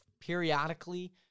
periodically